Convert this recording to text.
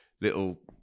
little